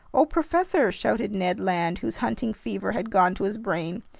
oh, professor! shouted ned land, whose hunting fever had gone to his brain.